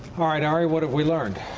all right. ari, what have we learned